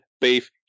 beef